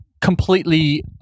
completely